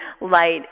light